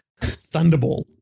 Thunderball